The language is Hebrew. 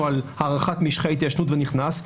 על הארכת משכי התיישנות והוא נכנס,